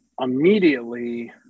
immediately